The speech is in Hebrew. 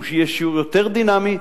הוא יהיה שיעור יותר דינמי,